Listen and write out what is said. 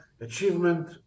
achievement